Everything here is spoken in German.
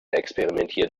experimentiert